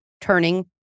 turning